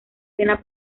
cena